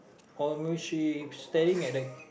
or maybe she staring at the